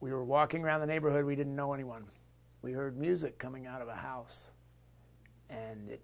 we were walking around the neighborhood we didn't know anyone we heard music coming out of the house and it